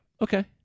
okay